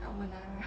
carbonara